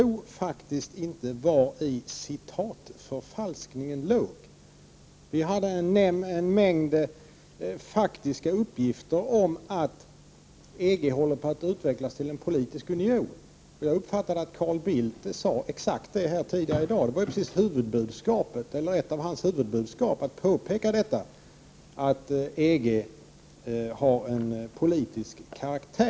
Jag har faktiskt inte förstått vari citatförfalskningen skulle ligga. Vi kom med en mängd fakta om att EG håller på att utvecklas till en politisk union. Men jag tror att det är exakt vad Carl Bildt sade här tidigare i dag. Ett av hans huvudbudskap var ju att EG har politisk karaktär.